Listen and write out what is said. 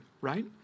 right